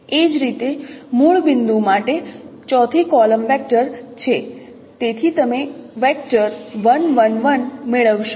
એ જ રીતે મૂળ બિંદુ માટે 4 થી કોલમ વેક્ટર છે તેથી તમે મેળવશો